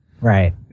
Right